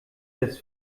des